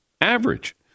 average